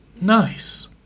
Nice